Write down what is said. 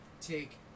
take